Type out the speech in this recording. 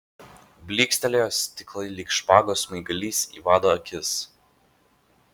blykstelėjo stiklai lyg špagos smaigalys į vado akis